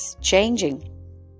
changing